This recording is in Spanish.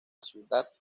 ciudad